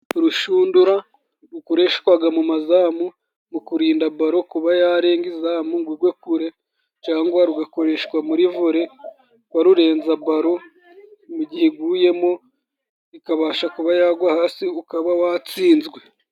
Urushundura rukoreshwaga mu mazamu, mu kurinda balo kuba yarenga izamu ngo igwe kure cangwa rugakoreshwa muri vole barurenza balo, mu gihe iguyemo ikabasha kuba yagwa hasi ukaba watsinzwe.